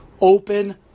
open